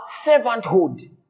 servanthood